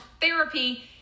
therapy